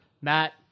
Matt